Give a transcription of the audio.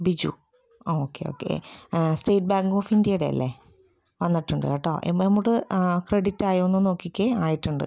Biju okay okay state bank of ഇന്ത്യയുടെ അല്ലേ വന്നിട്ടുണ്ട് കേട്ടോ എമമൗണ്ട് ആ ക്രെഡിറ്റായോ എന്ന് നോക്കുക ആയിട്ടുണ്ട്